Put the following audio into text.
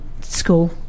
school